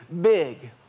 big